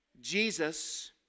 Jesus